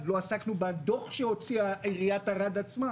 לא עסקנו בדוח שהוציאה עיריית ערד עצמה